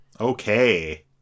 Okay